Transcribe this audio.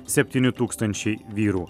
septyni tūkstančiai vyrų